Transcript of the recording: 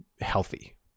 healthy